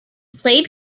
played